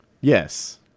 Yes